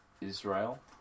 Israel